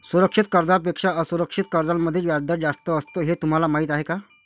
सुरक्षित कर्जांपेक्षा असुरक्षित कर्जांमध्ये व्याजदर जास्त असतो हे तुम्हाला माहीत आहे का?